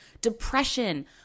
depression